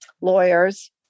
lawyers